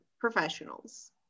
professionals